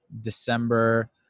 December